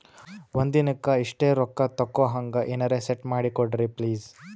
ಒಂದಿನಕ್ಕ ಇಷ್ಟೇ ರೊಕ್ಕ ತಕ್ಕೊಹಂಗ ಎನೆರೆ ಸೆಟ್ ಮಾಡಕೋಡ್ರಿ ಪ್ಲೀಜ್?